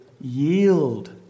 yield